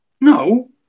No